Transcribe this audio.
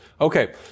Okay